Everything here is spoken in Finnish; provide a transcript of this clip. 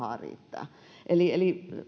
näihin rahaa riittää eli eli